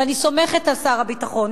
ואני סומכת על שר הביטחון.